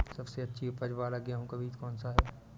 सबसे अच्छी उपज वाला गेहूँ का बीज कौन सा है?